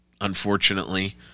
unfortunately